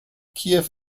kiew